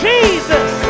Jesus